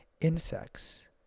insects